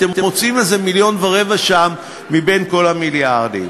אתם מוצאים איזה מיליון ורבע שם מבין כל המיליארדים.